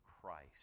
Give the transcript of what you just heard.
Christ